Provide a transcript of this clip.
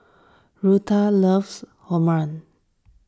Rutha loves Omurice